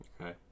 Okay